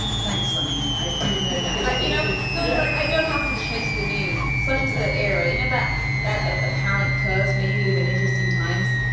thanks, sonny, i do know now like, you know. yeah so it's like, i don't have to chase the news. such is the era. you know that that ah apparent curse, may you live in interesting times?